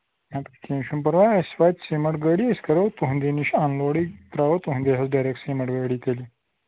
اَدٕ کیٚنٛہہ چھُنہٕ پَرواے اَسہِ واتہِ سیٖمَٹھ گٲڑی أسۍ کرو تُہُنٛدی نِش اَن لوڈٕے ترٛاوَو تُہُنٛدی حظ ڈایریکٹ سیٖمَٹھ گٲڑۍ تیٚلہِ